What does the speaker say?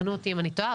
תקנו אותי אם אני טועה,